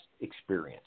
experience